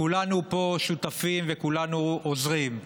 כולנו פה שותפים וכולנו עוזרים,